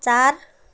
चार